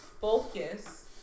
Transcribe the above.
focus